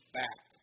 back